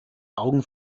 augen